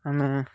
ଆମେ